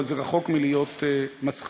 אבל זה רחוק מלהיות מצחיק.